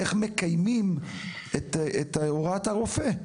איך מקיימים את הוראת הרופא?